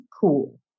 cool